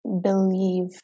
believe